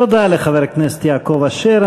תודה לחבר הכנסת יעקב אשר.